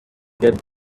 get